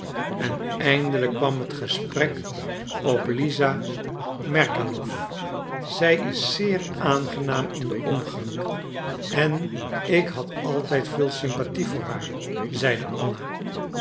en eindelijk kwam het gesprek op lisa merkalow zij is zeer aangenaam in den omgang en ik had altijd veel sympathie voor haar zeide anna